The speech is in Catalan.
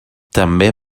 també